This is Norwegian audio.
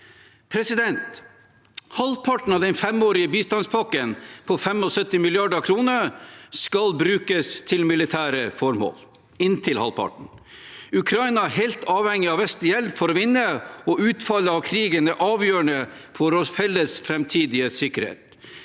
år. Halvparten av den femårige bistandspakken på 75 mrd. kr skal brukes til militære formål – inntil halvparten. Ukraina er helt avhengig av vestlig hjelp for å vinne, og utfallet av krigen er avgjørende for vår felles framtidige sikkerhet.